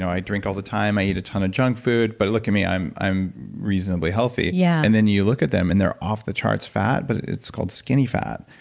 i drink all the time. i eat a ton of junk food, but look at me. i'm i'm reasonably healthy. yeah and then you look at them, and they're off-the-charts fat, but it's called skinny fat,